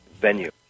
venue